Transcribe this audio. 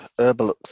Herbalux